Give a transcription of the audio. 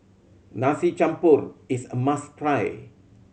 Nasi Campur is a must try